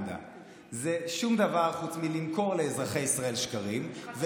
Propaganda, שום דבר חוץ מלמכור לאזרחי ישראל שקרים,